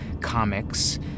Comics